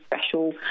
special